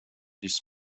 this